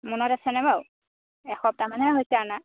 মনত আছেনে বাৰু এসপ্তাহমানহে হৈছে অনা